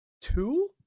two